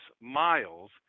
miles